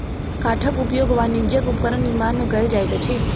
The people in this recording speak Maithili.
काठक उपयोग वाणिज्यक उपकरण निर्माण में कयल जाइत अछि